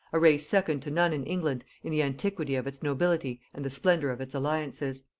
a race second to none in england in the antiquity of its nobility and the splendor of its alliances.